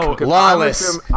Lawless